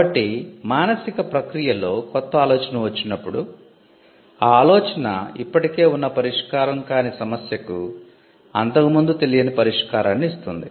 కాబట్టి మానసిక ప్రక్రియలో కొత్త ఆలోచన వచ్చినప్పుడు ఆ ఆలోచన ఇప్పటికే ఉన్న పరిష్కారం కాని సమస్యకు అంతకు ముందు తెలియని పరిష్కారాన్ని ఇస్తుంది